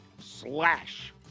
slash